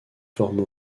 forme